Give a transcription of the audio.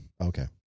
Okay